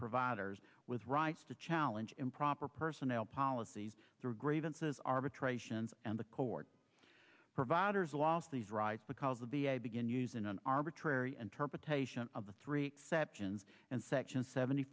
providers with rights to challenge improper personnel policies through grey vinces arbitrations and the court provider's loss these rights because of the a begin using an arbitrary and term potations of the three exceptions and section seventy